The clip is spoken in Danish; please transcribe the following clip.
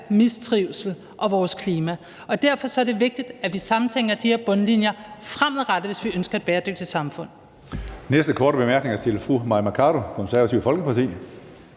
mistrivsel og vores klima. Og derfor er det vigtigt, at vi samtænker de her bundlinjer fremadrettet, hvis vi ønsker et bæredygtigt samfund.